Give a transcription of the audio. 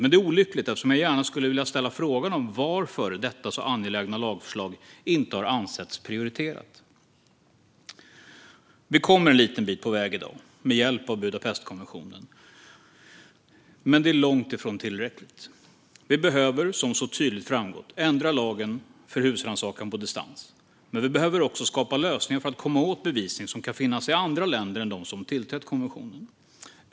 Men det är olyckligt, eftersom jag gärna skulle vilja ställa frågan om varför detta så angelägna lagförslag inte har ansetts prioriterat. Vi kommer en liten bit på väg i dag med hjälp av Budapestkonventionen, men det är långt ifrån tillräckligt. Vi behöver, som så tydligt framgått, ändra lagen för husrannsakan på distans. Men vi behöver också skapa lösningar för att komma åt bevisning som kan finnas i andra länder än de som tillträtt konventionen.